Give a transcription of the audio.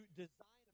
design